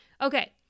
Okay